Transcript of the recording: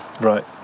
right